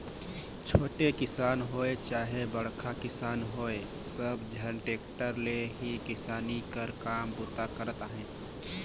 छोटे किसान होए चहे बड़खा किसान होए सब झन टेक्टर ले ही किसानी कर काम बूता करत अहे